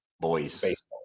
boys